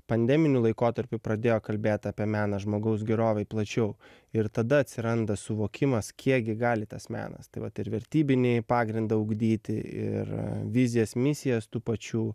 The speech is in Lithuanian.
pandeminiu laikotarpiu pradėjo kalbėt apie meną žmogaus gerovei plačiau ir tada atsiranda suvokimas kiekgi gali tas menas tai vat ir vertybinį pagrindą ugdyti ir vizijas misijas tų pačių